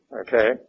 Okay